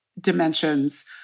dimensions